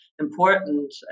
important